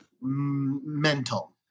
mental